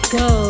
go